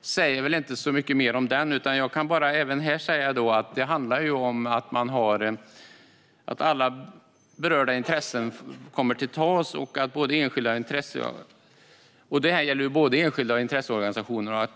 säga så mycket mer om den, men jag kan säga att det handlar om att alla berörda intressen får komma till tals. Det gäller både enskilda och intresseorganisationer.